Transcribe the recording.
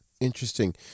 Interesting